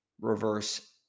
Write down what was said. reverse